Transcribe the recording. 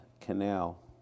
canal